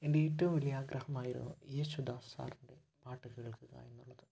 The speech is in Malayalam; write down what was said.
എൻ്റെ ഏറ്റവും വലിയ ആഗ്രഹമായിരുന്നു യേശുദാസ് സാറിൻ്റെ പാട്ട് കേൾക്കുക എന്നുള്ളത്